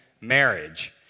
marriage